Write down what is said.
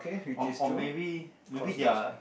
or or maybe maybe their